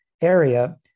area